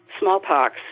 smallpox